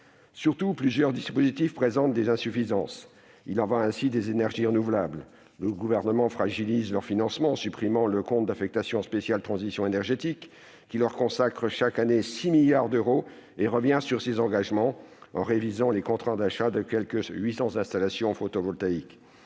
Surtout, plusieurs dispositifs présentent des insuffisances. Il en va ainsi des énergies renouvelables. Le Gouvernement fragilise leur financement, en supprimant le compte d'affectation spéciale « Transition énergétique », qui leur consacrait, chaque année, 6 milliards d'euros, et revient sur ses engagements, en révisant les contrats d'achat de quelque 800 installations photovoltaïques.